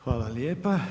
Hvala lijepa.